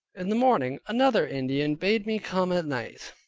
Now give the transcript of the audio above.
in the morning, another indian bade me come at night,